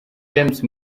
james